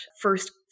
first